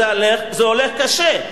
זה הולך קשה.